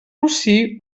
rossí